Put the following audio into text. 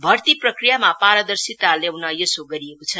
भर्ती प्रक्रियामा परदर्शिता ल्याउन यसो गरिएको छ